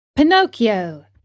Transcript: pinocchio